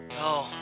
No